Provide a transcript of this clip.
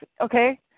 Okay